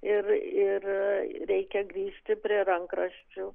ir ir reikia grįžti prie rankraščių